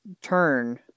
turn